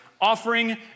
Offering